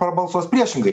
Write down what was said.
prabalsuos priešingai